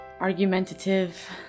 argumentative